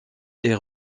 est